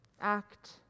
act